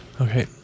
okay